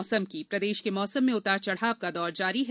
मौसम प्रदेश के मौसम में उतार चढ़ाव का दौर जारी है